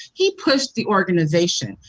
he pushed the organization.